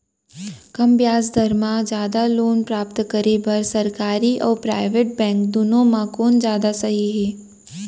कम ब्याज दर मा जादा लोन प्राप्त करे बर, सरकारी अऊ प्राइवेट बैंक दुनो मा कोन जादा सही हे?